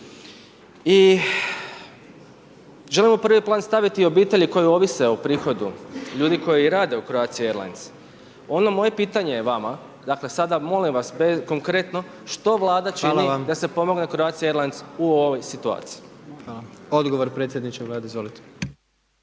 i želim u prvi plan staviti obitelji koje ovise o prihodu, ljudi koji rade u Croatia Airlines. Ono moje pitanje je vama, dakle sada molim vas konkretno, što Vlada čini da se pomogne Croatia Airlines u ovom situaciji? **Jandroković, Gordan